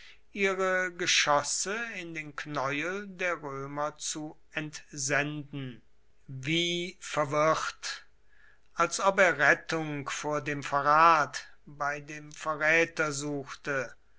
ihre geschosse in den knäuel der römer zu entsenden wie verwirrt als ob er rettung vor dem verrat bei dem verräter suchte